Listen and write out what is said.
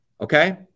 Okay